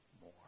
more